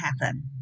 happen